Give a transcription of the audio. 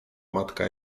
matka